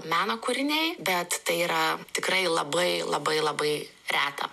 meno kūriniai bet tai yra tikrai labai labai labai reta